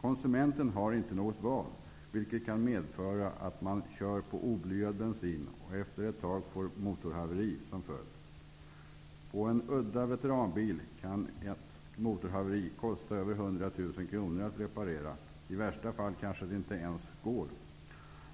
Konsumenten har inte något val, vilket kan medföra att man kör på oblyad bensin och efter ett tag får motorhaveri som följd. På en udda veteranbil kan ett motorhaveri kosta över 100 000 kronor att reparera. I värsta fall kanske det inte ens går.